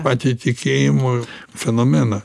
patį tikėjimo fenomeną